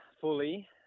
Fully